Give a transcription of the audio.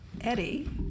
Eddie